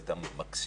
הייתה מקסימה.